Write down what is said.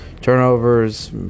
Turnovers